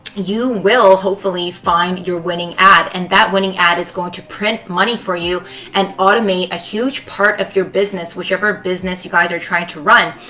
you will hopefully find your winning ad and that winning ad is going to print money for you and automate a huge part of your business, whichever business you guys are trying to run.